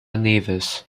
neves